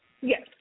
Yes